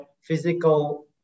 physical